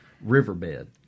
riverbed